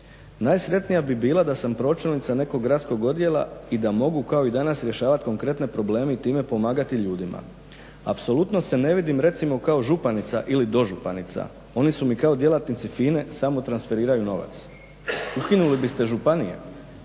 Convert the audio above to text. Najsretnija bih bila da sam pročelnica nekog gradskog odjela i da mogu kao i danas rješavati konkretne probleme i time pomagati ljudima. Apsolutno se ne vidim recimo kao županica ili dožupanica. Oni su mi kao djelatnici FINA-e, samo transferiraju novac. Ukinuli biste županije?